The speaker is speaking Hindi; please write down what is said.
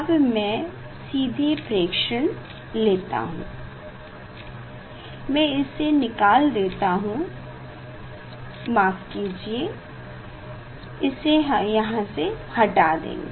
अब मैं सीधे प्रेक्षण लेता हूँ मैं इसे निकाल देता हूँ माफ कीजिए इसे यहाँ से हटा देंगे